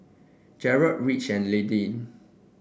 Jered Rich and Lillie